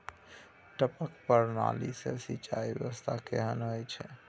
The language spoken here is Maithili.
टपक प्रणाली से सिंचाई व्यवस्था केहन अछि?